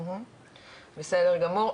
בסדר גמור.